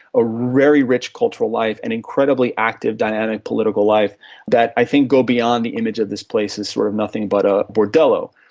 ah very rich cultural life, an incredibly active dynamic political life that i think go beyond the image of this place as sort of nothing but a bordello.